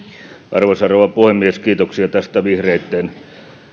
arvoisa rouva puhemies kiitoksia tästä vihreitten